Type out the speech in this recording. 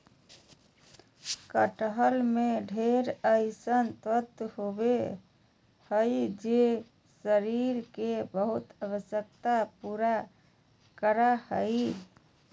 कटहल में ढेर अइसन तत्व होबा हइ जे शरीर के बहुत आवश्यकता पूरा करा हइ